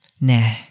Nah